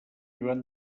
joan